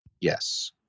Yes